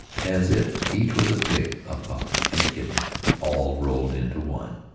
as if each was a pig, a pup, and a kitten all rolled into one.